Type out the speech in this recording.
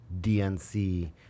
DNC